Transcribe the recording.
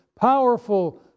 powerful